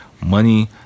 money